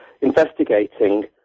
investigating